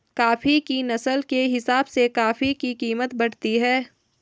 coffee की नस्ल के हिसाब से कॉफी की कीमत बढ़ती है